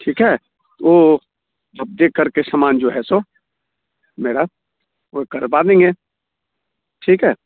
ठीक है वह अब देख कर के समान जो है सो मेरा वह करवा देंगे ठीक है